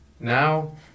Now